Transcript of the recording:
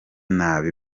nabi